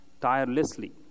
tirelessly